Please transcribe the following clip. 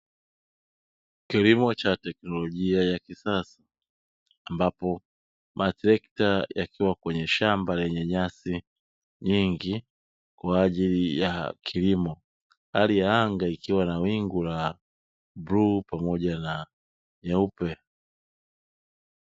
Kilimo cha teknolojia ya kisasa ambapo matrekta yakiwa kwenye shamba lenye nyasi nyingi kwa ajili ya kilimo. Hali ya anga ikiwa na wingu la rangi ya bluu pamoja na nyeupe.